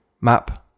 map